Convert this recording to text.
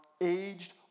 aged